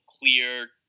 clear